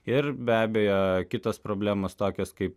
ir be abejo kitos problemos tokios kaip